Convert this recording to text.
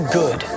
good